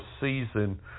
season